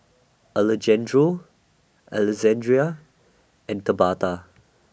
Alejandro Alexandria and Tabetha